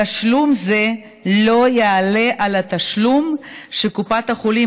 תשלום זה לא יעלה על התשלום שקופת החולים